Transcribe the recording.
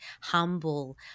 humble